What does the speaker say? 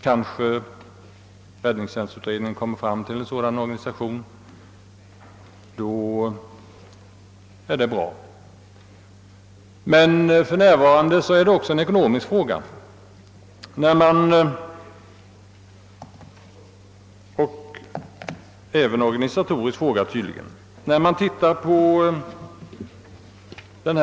Kanske räddningstjänstutredningen kommer fram till att en sådan organisation är den riktiga. Det skulle vara bra. Men för närvarande är det en ekonomisk och även en organisatorisk fråga hur man skall klara dessa skador.